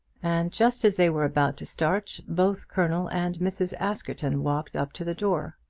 and just as they were about to start, both colonel and mrs. askerton walked up to the door.